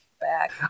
back